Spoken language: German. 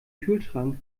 kühlschrank